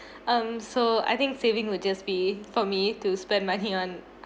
um so I think saving would just be for me to spend money on